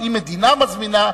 שאם מדינה מזמינה,